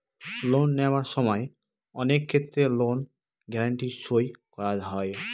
loan নেওয়ার সময় অনেক ক্ষেত্রে লোন গ্যারান্টি সই করা হয়